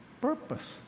Purpose